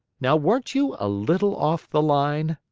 now weren't you a little off the line?